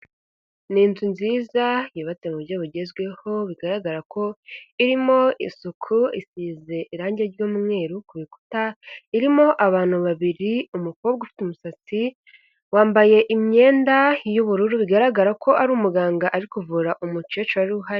Ni inzu nziza yubatse mu buryo bugezweho bigaragara ko irimo isuku, isize irangi ry'umweru ku bikuta, irimo abantu babiri, umukobwa ufite umusatsi wambaye imyenda y'ubururu bigaragara ko ari umuganga, ari kuvura umukecuru wari uhari.